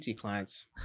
clients